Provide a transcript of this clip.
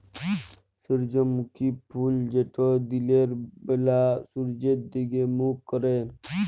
সূর্যমুখী ফুল যেট দিলের ব্যালা সূর্যের দিগে মুখ ক্যরে